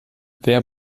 wer